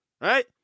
Right